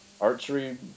archery